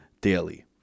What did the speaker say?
daily